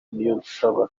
niyonsaba